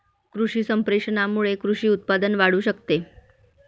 कृषी संप्रेषणामुळे कृषी उत्पादन वाढू शकते